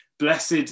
Blessed